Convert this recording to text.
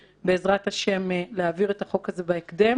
בעזרת השם להעביר את החוק הזה בהקדם,